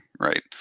right